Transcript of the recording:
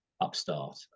upstart